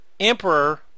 emperor